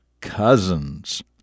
cousins